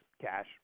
cash